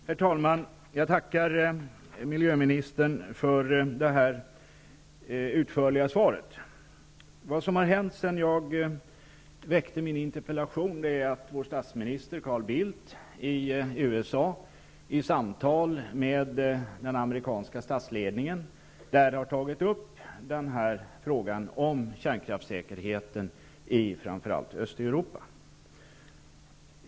Herr talman! Jag tackar miljöministern för det utförliga svaret. Vad som har hänt sedan jag famställde min interpellation är att vår statsminister Carl Bildt i USA i samtal med den amerikanska statsledningen har tagit upp frågan om kärnkraftssäkerheten i framför allt Östeuropa.